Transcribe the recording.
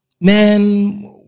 Man